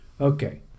Okay